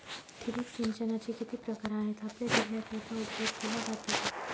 ठिबक सिंचनाचे किती प्रकार आहेत? आपल्या जिल्ह्यात याचा उपयोग केला जातो का?